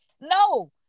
No